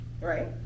right